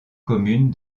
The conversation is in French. commune